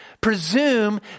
presume